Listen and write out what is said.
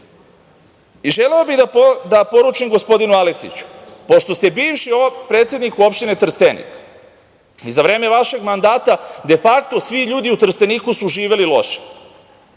Srbije. Želeo bih da poručim gospodinu Aleksiću, pošto ste bivši predsednik opštine Trstenik, za vreme vašeg mandata defakto svi ljudi u Trsteniku su živeli loše.